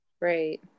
Right